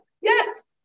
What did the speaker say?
Yes